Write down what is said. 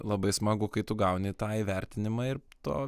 labai smagu kai tu gauni tą įvertinimą ir to